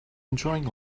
enjoying